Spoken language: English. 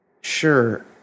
Sure